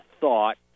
thought